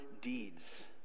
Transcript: deeds